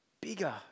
bigger